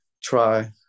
try